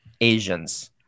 Asians